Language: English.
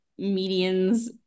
Medians